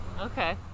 Okay